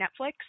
Netflix